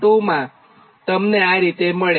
અને 1ZY2 તમને આ રીતે મળે